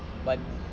but